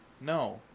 No